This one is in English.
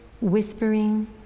whispering